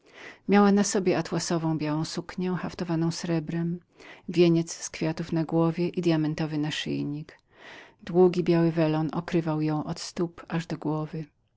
miała na sobie atłasową błękitną suknię haftowaną złotem wieniec z kwiatów na głowie i dyamentowy naszyjnik długa biała zasłona okrywała ją od stóp aż do głowy